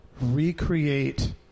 recreate